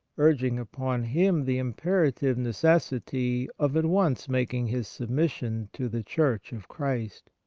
urging upon him the imperative necessity of at once making his submission to the church of christ.